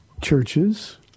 Churches